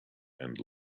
and